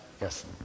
Yes